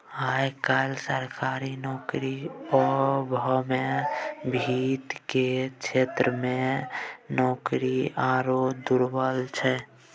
आय काल्हि सरकारी नौकरीक अभावमे वित्त केर क्षेत्रमे नौकरी आरो दुर्लभ छै